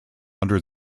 under